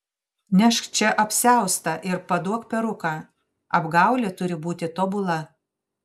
nešk čia apsiaustą ir paduok peruką apgaulė turi būti tobula